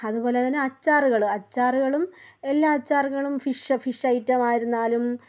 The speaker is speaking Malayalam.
അതുപോലെ തന്നെ അച്ചാറുകൾ അച്ചാറുകളും എല്ലാ അച്ചാറുകളും ഫിഷ് ഫിഷ് ഐറ്റമായിരുന്നാലും